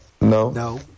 No